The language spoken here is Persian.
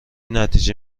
نتیجه